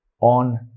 on